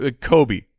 Kobe